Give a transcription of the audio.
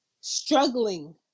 struggling